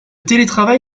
télétravail